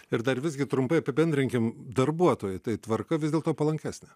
ir dar visgi trumpai apibendrinkim darbuotojai tai tvarka vis dėlto palankesnė